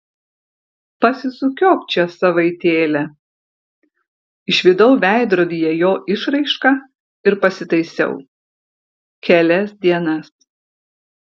pasisukiok čia savaitėlę išvydau veidrodyje jo išraišką ir pasitaisiau kelias dienas